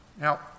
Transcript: Now